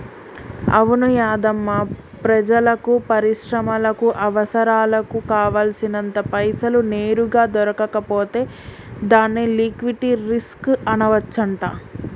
అవును యాధమ్మా ప్రజలకు పరిశ్రమలకు అవసరాలకు కావాల్సినంత పైసలు నేరుగా దొరకకపోతే దాన్ని లిక్విటీ రిస్క్ అనవచ్చంట